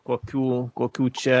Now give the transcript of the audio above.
kokių kokių čia